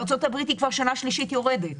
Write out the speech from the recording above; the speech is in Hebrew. בארצות הברית היא כבר שנה שלישית יורדת.